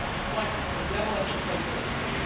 it's like the devil has a playbook.